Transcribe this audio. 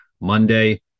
Monday